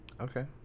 Okay